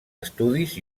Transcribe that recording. estudis